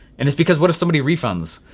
and it's because what if somebody refunds.